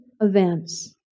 events